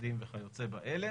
משרדים וכיוצא באלה